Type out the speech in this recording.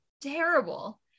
terrible